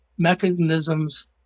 mechanisms